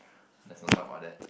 let's not talk about that